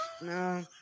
No